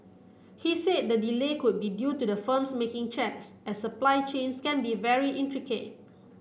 he said the delay could be due to the firms making checks as supply chains can be very intricate